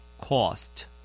Cost